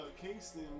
Kingston